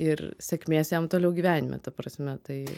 ir sėkmės jam toliau gyvenime ta prasme tai